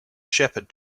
shepherd